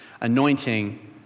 anointing